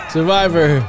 Survivor